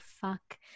fuck